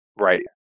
Right